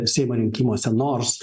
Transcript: seimo rinkimuose nors